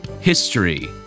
History